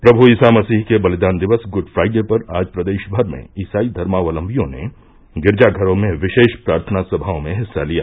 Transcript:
प्रमु ईसा मसीह के बलिदान दिवस गुड फ्राइडे पर आज प्रदेश भर में इसाई धर्मावलम्बियों ने गिरजाघरों में विशेष प्रार्थना सभाओं में हिस्सा लिया